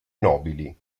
nobili